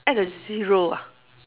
add a zero ah